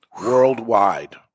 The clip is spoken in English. worldwide